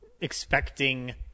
expecting